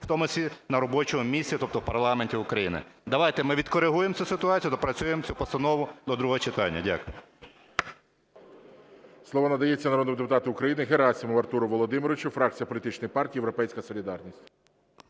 в тому числі на робочому місці, тобто в парламенті України. Давайте ми відкорегуємо цю ситуацію, доопрацюємо цю постанову до другого читання. Дякую.